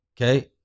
Okay